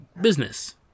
business